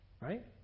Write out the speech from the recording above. Right